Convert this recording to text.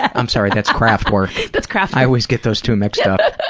i'm sorry, that's kraftwerk. that's kraftwerk. i always get those two mixed up. but